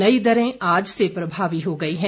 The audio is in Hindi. नई दर आज से प्रभावी हो गयी है